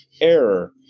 error